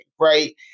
right